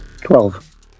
Twelve